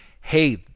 hey